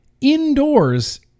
indoors